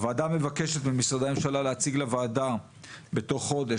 הוועדה מבקשת ממשרדי הממשלה להציג לוועדה בתוך חודש